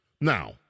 Now